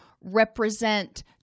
represent